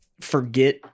forget